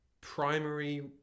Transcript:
primary